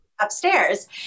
upstairs